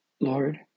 Lord